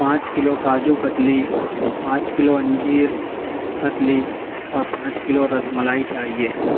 پانچ کلو کاجو کتلی پانچ کلو انجیر کتلی اور پانچ کلو رس ملائی چاہیے